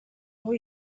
aho